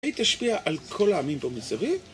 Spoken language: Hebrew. היא תשפיע על כל העמים פה מסביב?